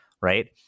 right